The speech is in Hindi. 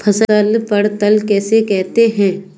फसल पड़ताल किसे कहते हैं?